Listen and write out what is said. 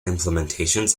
implementations